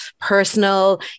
personal